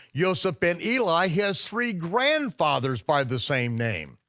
yoseph ben eli has three grandfathers by the same name.